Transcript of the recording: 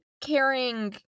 caring